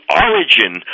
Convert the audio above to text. origin